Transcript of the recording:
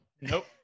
Nope